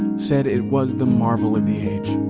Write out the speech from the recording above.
said it was the marvel of the age.